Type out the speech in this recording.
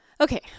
Okay